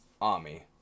army